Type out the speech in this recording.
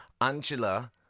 angela